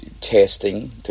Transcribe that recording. testing